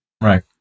Right